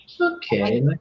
Okay